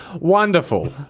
wonderful